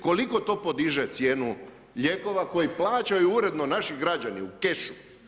Koliko to podiže cijenu lijekova koje plaćaju uredno naši građani u cash-u.